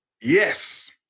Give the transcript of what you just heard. Yes